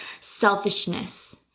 selfishness